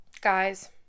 Guys